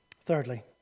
Thirdly